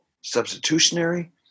substitutionary